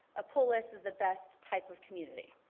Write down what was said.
a polis is the best type of community.